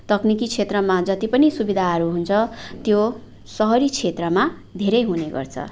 तक्निकी क्षेत्रमा जति पनि सुविधाहरू हुन्छ त्यो सहरी क्षेत्रमा धेरै हुने गर्छ